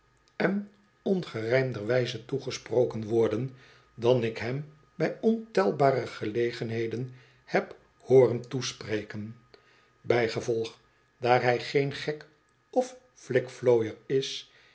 on ongerijmder wijze toegesproken worden dan ik hom bij ontelbare gelegenheden heb hooren toespreken bijgevolg daar hij geen gek of flikflooier is